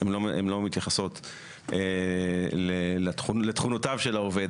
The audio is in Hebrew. לא, תשמעי את כל ההערות ותתייחסי.